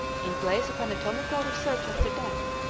in place of anatomical research after death,